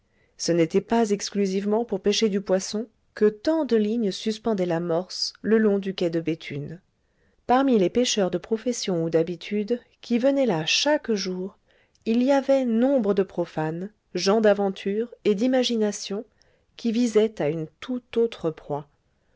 ce n'était pas exclusivement pour pêcher du poisson que tant de lignes suspendaient l'amorce le long du quai de béthune parmi les pêcheurs de profession ou d'habitude qui venaient là chaque jour il y avait nombre de profanes gens d'aventures et d'imagination qui visaient à une tout autre proie